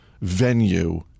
venue